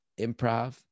improv